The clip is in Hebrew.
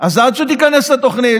אז עד שתיכנס התוכנית,